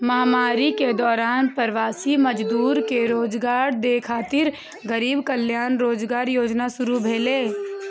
महामारी के दौरान प्रवासी मजदूर कें रोजगार दै खातिर गरीब कल्याण रोजगार योजना शुरू भेलै